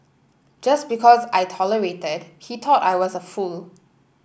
just because I tolerated he thought I was a fool